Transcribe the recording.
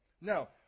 Now